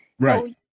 Right